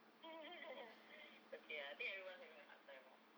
it's okay ah I think everyone having a hard time ah